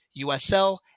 USL